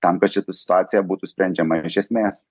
tam kad šita situacija būtų sprendžiama iš esmės